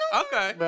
okay